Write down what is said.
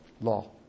law